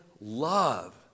love